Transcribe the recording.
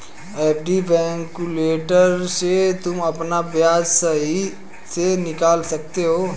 FD calculator से तुम अपना ब्याज सही से निकाल सकते हो